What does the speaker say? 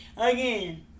Again